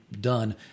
done